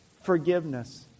forgiveness